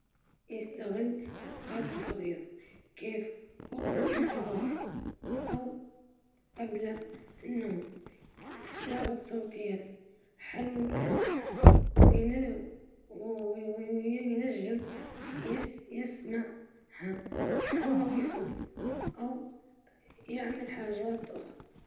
يجرب يسمع كتب صوتية في الطريق أو أثناء الشغل، يحدد وقت ثابت للقراءة يوميًا، حتى لو 10 دقائق قبل النوم، يختار كتب خفيفة في البداية، أو في مواضيع تهمه.